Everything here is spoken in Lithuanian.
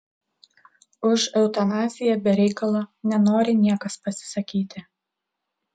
už eutanaziją be reikalo nenori niekas pasisakyti